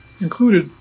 included